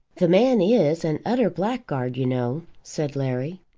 the man is an utter blackguard, you know, said larry.